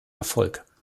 erfolg